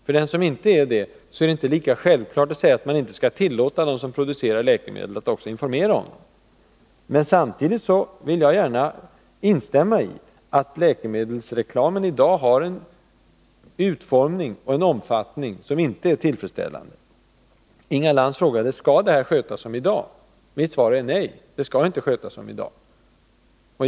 För den som inte är emot reklam är det inte lika självklart att man inte skall tillåta dem som producerar läkemedel att informera om dem. Jag vill gärna säga, att jag instämmer i uppfattningen att läkemedelsreklamen i dag har en utformning och en omfattning som inte är tillfredsställande. Inga Lantz frågade: Skall detta skötas som i dag? Mitt svar är: Nej, det skall inte skötas som i dag.